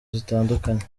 zitandukanye